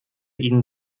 ihnen